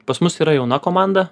pas mus yra jauna komanda